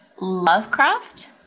lovecraft